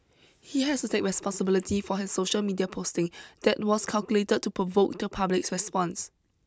he has to take responsibility for his social media posting that was calculated to provoke the public's response